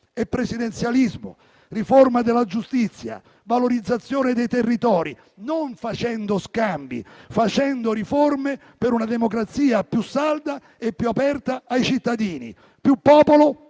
presidenzialismo, riforma della giustizia e valorizzazione dei territori, non facendo scambi, ma riforme per una democrazia più salda e più aperta ai cittadini: più popolo,